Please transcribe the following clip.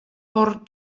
por